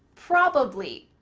probably,